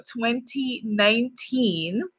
2019